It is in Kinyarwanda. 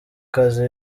kazi